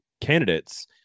candidates